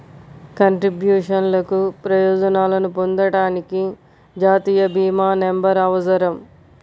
కంట్రిబ్యూషన్లకు ప్రయోజనాలను పొందడానికి, జాతీయ భీమా నంబర్అవసరం